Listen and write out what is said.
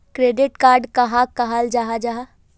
Credit card कहाक कहाल जाहा जाहा?